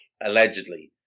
allegedly